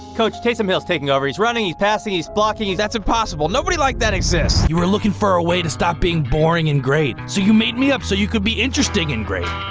coach, taysom hill is taking over. he's running, he's passing, he's blocking, he's that's impossible! nobody like that exists. you were looking for a way to stop being boring and great, so you made me up so you could be interesting and great.